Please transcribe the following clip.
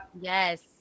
Yes